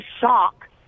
shock